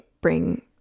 bring